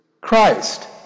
Christ